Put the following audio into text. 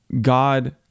God